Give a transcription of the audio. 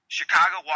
Chicago